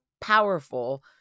powerful